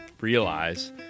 realize